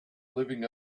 living